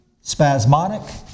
spasmodic